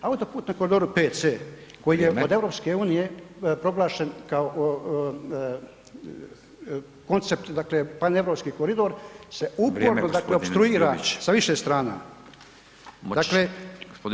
Autoput na koridoru 5C koji je od EU proglašen kao koncept, dakle pan europski koridor se uporno dakle opstruira sa više strana [[Upadica Radin: Vrijeme gospodine Ljubić.]] Dakle, [[Upadica Radin: Gospodine Ljubić vrijeme ali ćete moći nastaviti, imate tri replike pa onda ćete moći nastaviti razgovor, dijalog.]] OK.